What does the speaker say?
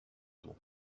του